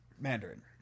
Mandarin